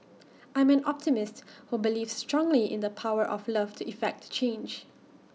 I'm an optimist who believes strongly in the power of love to effect change